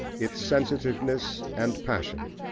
its sensitiveness, and passion.